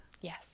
Yes